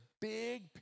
big